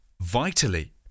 vitally